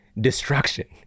destruction